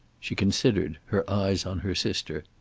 she considered, her eyes on her sister.